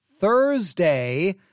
Thursday